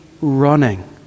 running